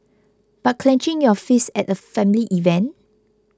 but clenching your fists at a family event